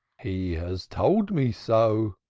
he has told me so,